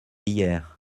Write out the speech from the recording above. hier